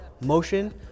Motion